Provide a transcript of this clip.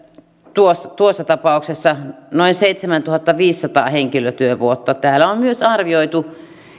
tuossa tuossa tapauksessa noin seitsemäntuhattaviisisataa henkilötyövuotta täällä on myös arvioitu